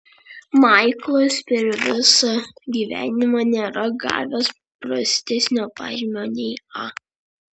maiklas per visą gyvenimą nėra gavęs prastesnio pažymio nei a